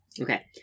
Okay